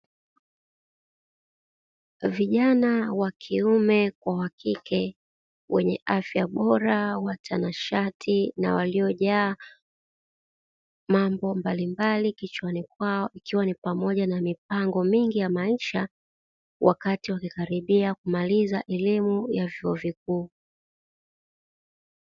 Vijana wa kiume kwa wa kike wenye afya bora, watanashati na waliojaa mambo mbalimbali kichwani kwao, ikiwa ni pamoja na mipango mingi ya maisha wakati wakikaribia kumaliza elimu ya vyuo vikuu.